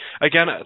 again